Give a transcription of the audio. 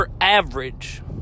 average